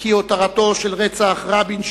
כי הותרת רצח רבין,